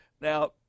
Now